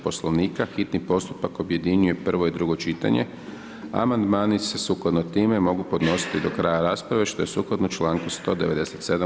Poslovnika hitni postupak objedinjuje prvo i drugo čitanje, amandmani se sukladno time mogu podnositi do kraja rasprave što je sukladno članku 197.